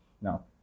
now